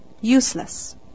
useless